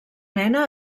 nena